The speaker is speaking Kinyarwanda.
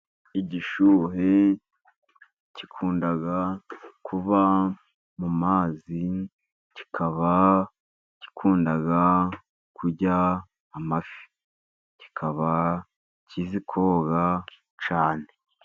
Igishuhe gikunda kuba mu mazi, kikaba gikunda kurya amafi, kikaba gikunda koga cyane.